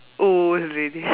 old lady